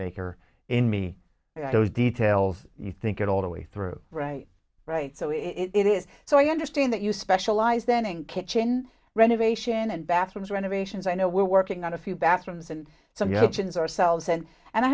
maker in me those details you think it all the way through right right so it is so i understand that you specialize then in kitchen renovation and bathrooms renovations i know we're working on a few bathrooms and some yeltsin's ourselves and and i